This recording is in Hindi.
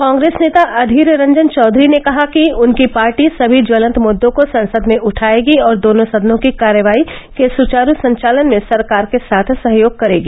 कांग्रेस नेता अधीर रंजन चौधरी ने कहा कि उनकी पार्टी सभी ज्वलंत मुद्दों को संसद में उठायेगी और दोनों सदनों की कार्यवाही के सुचारू संचालन में सरकार के साथ सहयोग करेगी